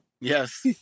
Yes